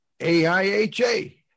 AIHA